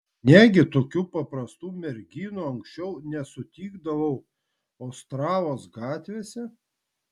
negi tokių paprastų merginų anksčiau nesutikdavau ostravos gatvėse